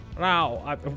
wow